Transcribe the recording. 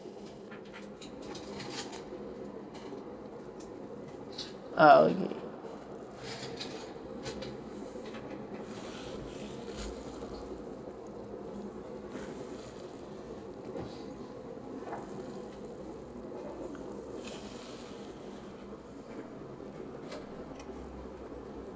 um